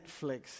Netflix